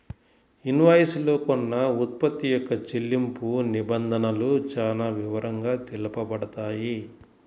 invoice లో కొన్న ఉత్పత్తి యొక్క చెల్లింపు నిబంధనలు చానా వివరంగా తెలుపబడతాయి